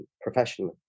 professionally